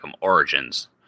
Origins